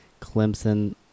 Clemson